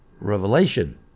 Revelation